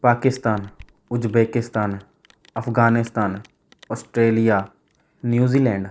Pakistan Uzbekistan Afghanistan Australia New Zealand